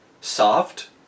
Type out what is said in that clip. soft